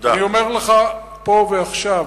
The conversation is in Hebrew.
אני אומר לך פה ועכשיו,